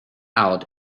out